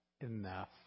enough